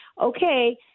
Okay